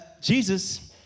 Jesus